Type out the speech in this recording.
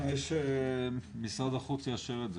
בתנאי שמשרד החוץ יאשר את זה,